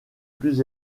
plus